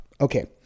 Okay